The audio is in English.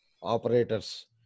operators